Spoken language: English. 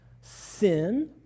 sin